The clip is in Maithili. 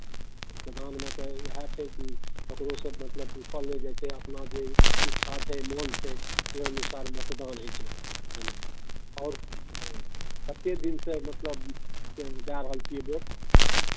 मतदानमे तऽ इएह छै कि ककरोसँ मतलब पूछल नहि जाइ छै अपना जे इच्छा छै मोन छै ओहि अनुसार मतदान होइ छै ह्म्म आओर हँ कतेक दिनसँ मतलब क् दए रहल छियै भोट